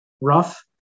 rough